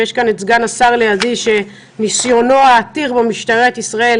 ויש כאן את סגן השר לידי שניסיונו העתיר במשטרת ישראל